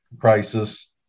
crisis